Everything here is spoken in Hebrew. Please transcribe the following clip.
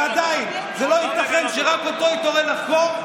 ועדיין לא ייתכן שרק אותו היא תורה לחקור,